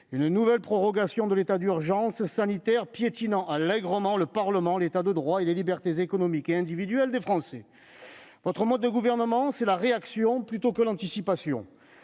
une nouvelle prorogation de l'état d'urgence sanitaire, piétinant allègrement le Parlement, l'État de droit et les libertés économiques et individuelles des Français. Votre mode de gouvernement, c'est la réaction plutôt que l'anticipation.